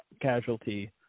casualty